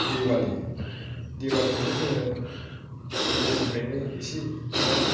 दिवालि दिवालिखौबो जोङो गोदोनिफ्रायनो एसे नङा